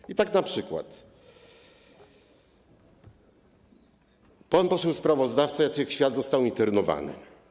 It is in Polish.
I tak np. pan poseł sprawozdawca Jacek Świat został internowany.